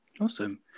Awesome